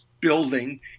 building